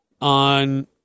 on